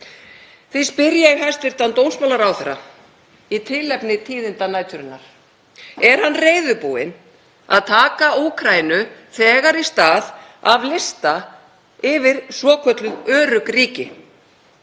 Því spyr ég hæstv. dómsmálaráðherra í tilefni tíðinda næturinnar: Er hann reiðubúinn að taka Úkraínu þegar í stað af lista yfir svokölluð örugg ríki?